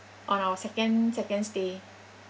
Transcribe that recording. on our second second stay